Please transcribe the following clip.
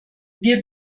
wir